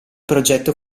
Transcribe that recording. progetto